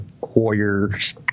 warriors